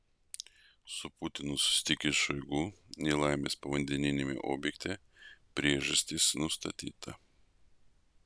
su putinu susitikęs šoigu nelaimės povandeniniame objekte priežastis nustatyta